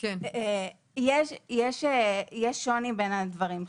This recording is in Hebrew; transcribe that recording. יש שוני בין הדברים.